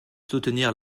soutenir